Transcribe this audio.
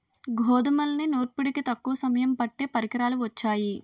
గోధుమల్ని నూర్పిడికి తక్కువ సమయం పట్టే పరికరాలు వొచ్చాయి